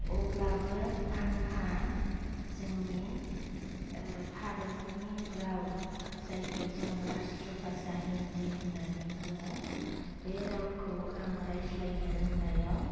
अब्लाबो आंहा जोंनि भारतनि राव जायखौ जों रास्ट्र भाषा हिन्दी होन्नानै बुङो बे रावखौ आं रायज्लायनो रोंनायाव